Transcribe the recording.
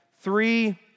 Three